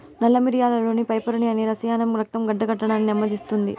నల్ల మిరియాలులోని పైపెరిన్ అనే రసాయనం రక్తం గడ్డకట్టడాన్ని నెమ్మదిస్తుంది